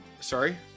Sorry